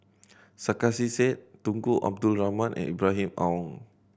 Sarkasi Said Tunku Abdul Rahman and Ibrahim Awang